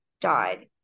died